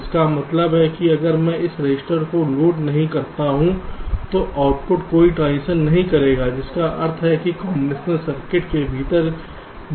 जिसका मतलब है कि अगर मैं इस रजिस्टर को लोड नहीं करता हूं तो आउटपुट कोई ट्रांजिशन नहीं करेगा जिसका अर्थ है कि कॉम्बिनेशन सर्किट के भीतर भी कोई बदलाव नहीं होगा